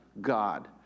God